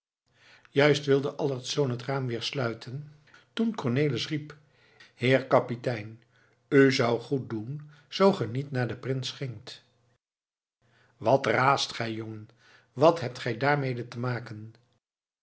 juist wilde allertsz het raam weer sluiten toen cornelis riep heer kapitein u zou goed doen zoo ge niet naar den prins gingt wat raast gij jongen wat hebt gij daar mede te maken